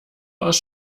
aus